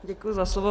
Děkuji za slovo.